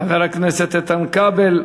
חבר הכנסת איתן כבל,